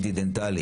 CT דנטלי